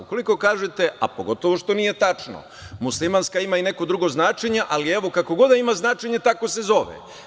Ukoliko kažete, a pogotovo što nije tačno, muslimanska ima i neko drugo značenje, ali, evo, kakvo god da ima značenje, tako se zove.